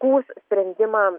skųs sprendimą